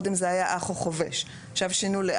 הפחות מחמירה.